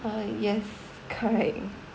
uh yes correct